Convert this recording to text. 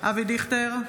אבי דיכטר,